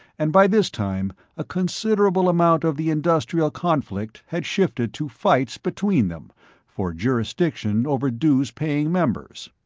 and by this time a considerable amount of the industrial conflict had shifted to fights between them for jurisdiction over dues-paying members.